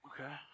Okay